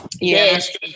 Yes